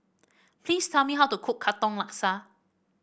please tell me how to cook Katong Laksa